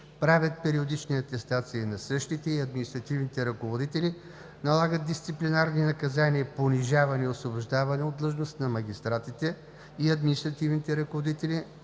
правят периодични атестации на същите и административните ръководители, налагат дисциплинарни наказания, понижаване и освобождаване от длъжност на магистратите и административните ръководители,